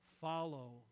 follow